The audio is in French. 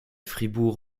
fribourg